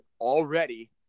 already